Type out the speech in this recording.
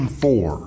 four